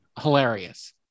hilarious